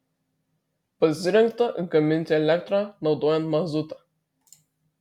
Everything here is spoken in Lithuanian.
pasirengta gaminti elektrą naudojant mazutą